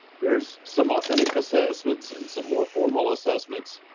there's some authentic assessments and some more formal assessments.